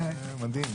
מדהים,